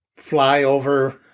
flyover